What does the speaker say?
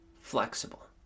flexible